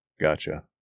Gotcha